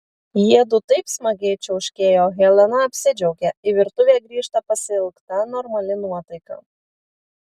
jiedu taip smagiai čiauškėjo helena apsidžiaugė į virtuvę grįžta pasiilgta normali nuotaika